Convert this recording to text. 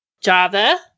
Java